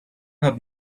had